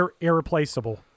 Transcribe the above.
irreplaceable